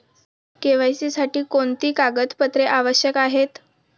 KYC साठी कोणती कागदपत्रे आवश्यक आहेत?